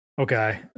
Okay